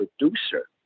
producer